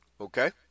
Okay